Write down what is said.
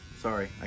Sorry